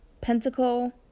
Pentacle